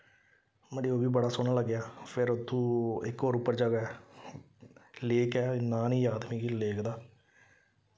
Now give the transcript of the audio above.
मड़ेओ ओह् बी बड़ा सोह्ना लग्गेआ फिर उत्थूं इक होर उप्पर जगह् ऐ लेक ऐ नांऽ नी जाद मिगी लेक दा